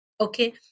Okay